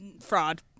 fraud